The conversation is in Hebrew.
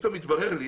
פתאום התברר לי